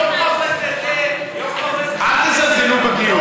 יום חופש לזה, יום חופש לזה, אל תזלזלו בגיוס.